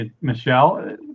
Michelle